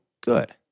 good